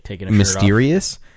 mysterious